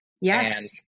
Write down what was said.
Yes